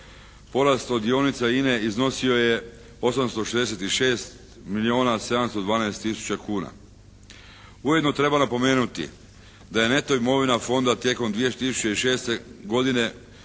Porast od dionica INA-e iznosio je 866 milijuna 712 tisuća kuna. Ujedno treba napomenuti da je neto imovina fonda tijekom 2006. godine